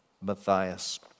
Matthias